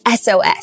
SOS